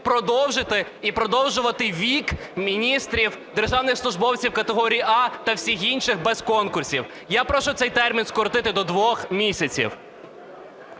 продовжити і продовжувати вік міністрів, державних службовців категорії "А" та всіх інших без конкурсів. Я прошу цей термін скоротити до 2 місяців.